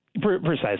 Precisely